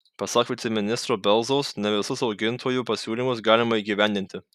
pasak viceministro belzaus ne visus augintojų pasiūlymus galima įgyvendinti